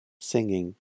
singing